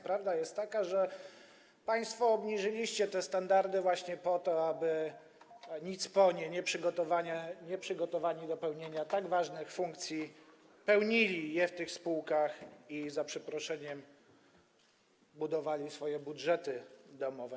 Prawda jest taka, że państwo obniżyliście te standardy właśnie po to, aby nicponie, nieprzygotowani do pełnienia tak ważnych funkcji, pełnili je w tych spółkach i za przeproszeniem budowali na nich swoje budżety domowe.